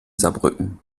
saarbrücken